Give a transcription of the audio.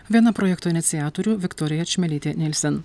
viena projekto iniciatorių viktorija čmilytė nylsen